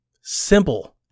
simple